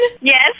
Yes